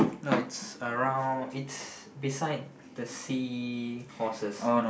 no it's around it's beside the seahorses